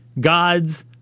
God's